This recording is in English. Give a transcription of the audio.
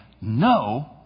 no